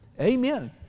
Amen